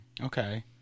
Okay